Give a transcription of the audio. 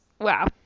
Wow